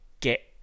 get